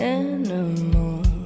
animal